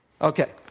Okay